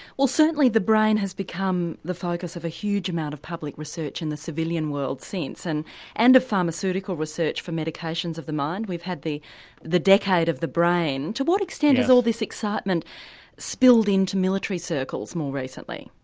well certainly the brain has become the focus of a huge amount of public research in the civilian world since, and and of pharmaceutical research for medications of the mind we've had the the decade of the brain to what extent is all this excitement spilled into military circles more recently?